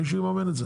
מישהו יממן את זה.